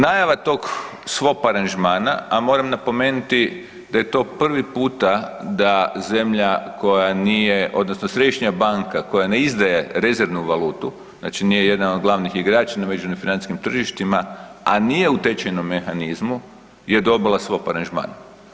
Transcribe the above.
Najava tog swap aranžmana a moram napomenuti da je to prvi puta da zemlja koja nije odnosno Središnja banka koja ne izdaje rezervnu valutu, znači nije jedna od glavnih igrača na međunarodnim financijskim tržištima a nije u tečajnom mehanizmu je dobila Swap aranžman.